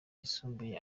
yisumbuye